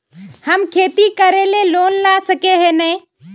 हम खेती करे ले लोन ला सके है नय?